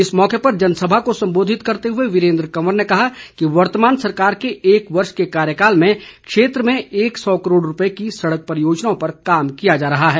इस मौके पर जनसभा को संबोधित करते हुए वीरेंद्र कंवर ने कहा कि वर्तमान सरकार के एक वर्ष के कार्यकाल में क्षेत्र में एक सौ करोड़ रुपए की सड़क परियोजनाओं पर काम किया जा रहा है